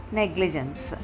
negligence